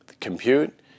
compute